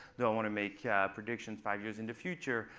do i want to make predictions five years into future,